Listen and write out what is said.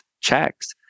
checks